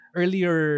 earlier